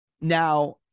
Now